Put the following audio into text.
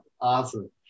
awesome